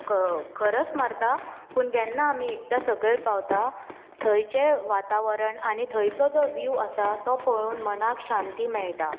खरस मारता पूण जेन्ना आमी एकदां सकयल पावता थंयचें वातावरण आनी थंयचो जो वीव आसा तो पळोवन मनाक शांती मेळटा